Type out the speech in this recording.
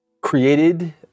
created